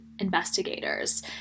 investigators